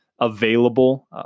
available